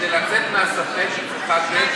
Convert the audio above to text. כדי לצאת מהספק היא צריכה גט,